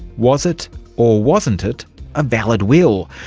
was it or wasn't it a valid will?